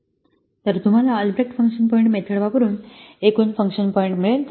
तर तुम्हाला Albrecht function point method वापरुन एकूण फंक्शन पॉईंट मिळेल